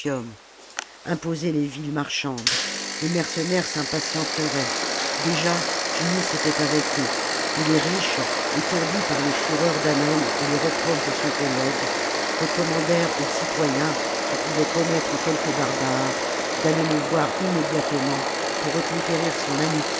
imposer les villes marchandes les mercenaires s'impatienteraient déjà tunis était avec eux et les riches étourdis par les fureurs d'hannon et les reproches de son collègue recommandèrent aux citoyens qui pouvaient connaître quelque barbare d'aller le voir immédiatement pour reconquérir son amitié